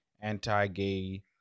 anti-gay